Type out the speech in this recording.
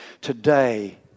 today